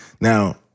Now